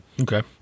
Okay